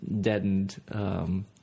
deadened